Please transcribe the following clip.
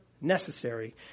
necessary